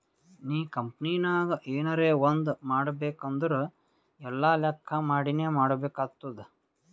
ನೀ ಕಂಪನಿನಾಗ್ ಎನರೇ ಒಂದ್ ಮಾಡ್ಬೇಕ್ ಅಂದುರ್ ಎಲ್ಲಾ ಲೆಕ್ಕಾ ಮಾಡಿನೇ ಮಾಡ್ಬೇಕ್ ಆತ್ತುದ್